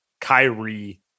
Kyrie